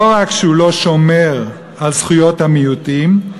לא רק שהוא לא שומר על זכויות המיעוטים,